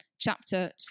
chapter